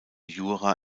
jura